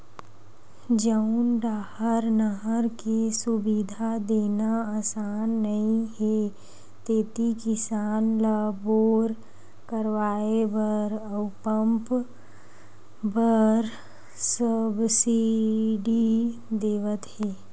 जउन डाहर नहर के सुबिधा देना असान नइ हे तेती किसान ल बोर करवाए बर अउ पंप बर सब्सिडी देवत हे